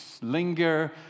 linger